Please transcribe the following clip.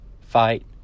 fight